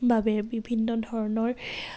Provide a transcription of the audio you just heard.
বাবে বিভিন্ন ধৰণৰ